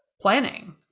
planning